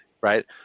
right